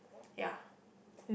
yeah